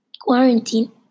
quarantine